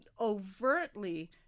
overtly